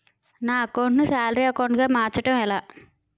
నా అకౌంట్ ను salary account గా మార్చటం ఎలా?